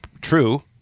true